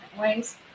ways